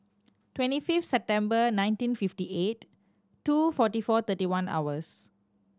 twenty fifth September nineteen fifty eight two forty four thirty one hours